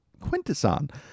quintesson